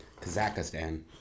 Kazakhstan